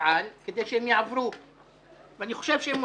תפעל כדי שהם יעברו ואני חושב שהם מוסכמים: